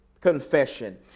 confession